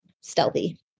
stealthy